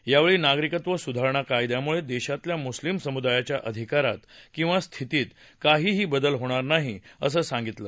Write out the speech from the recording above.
यावेळी नागरिकत्व सुधारणा कायद्यामुळे देशातल्या मुस्लिम समुदायाच्या अधिकारात किंवा स्थितीत काहीही बदल होणार नाही असं सांगितलं